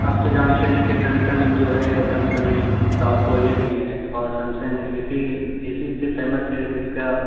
آپ تو جانتے ہیں کہ سیمسنگ جو ہے کمپنی ساؤتھ کوریا کی ہے اور سیمسنگ اسی اسی سے فیمس ہے کہ اس کا